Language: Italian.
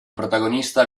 protagonista